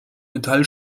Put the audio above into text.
metall